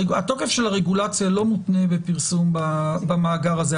התוקף של הרגולציה לא מותנה בפרסום במאגר הזה.